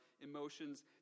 emotions